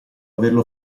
averlo